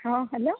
ହଁ ହ୍ୟାଲୋ